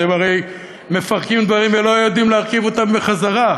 אתם הרי מפרקים דברים ולא יודעים להרכיב אותם בחזרה.